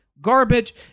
Garbage